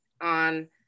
on